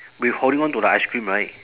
with holding on to the ice cream right